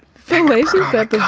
fingers effect